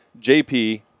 JP